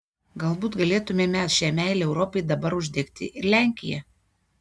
galbūt galėtumėme šia meile europai dabar uždegti ir lenkiją